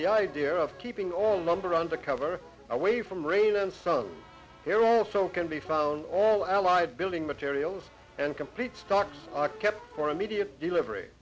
the idea of keeping all number on the cover away from rain unsung hero also can be found all allied building materials and complete stocks are kept for immediate delivery